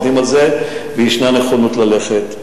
ויש נכונות ללכת.